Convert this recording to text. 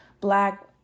black